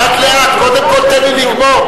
לאט-לאט, קודם כול תן לי לגמור.